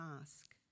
ask